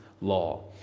law